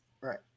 Right